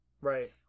Right